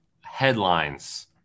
Headlines